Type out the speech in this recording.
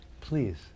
Please